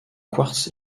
quartz